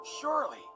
Surely